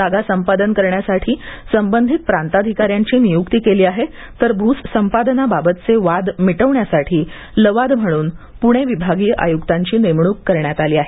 जागा संपादन करण्यासाठी संबधित प्रांताधिकाऱ्यांची नियुक्ती केली आहे तर भूसंपादनावाबतचे वाद मिटविण्यासाठी लवाद म्हणून पुणे विभागीय आयुक्तांची नेमणूक करण्यात आली आहे